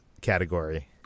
category